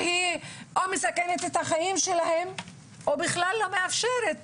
שמסכנת את החיים שלהם או בכלל לא מאפשרת